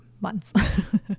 months